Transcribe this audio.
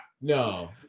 No